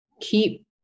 keep